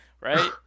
right